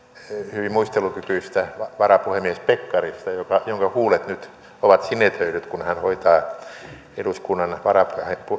hyvin muistelukykyistä varapuhemies pekkarista jonka huulet nyt ovat sinetöidyt kun hän hoitaa